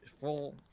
full